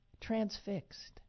transfixed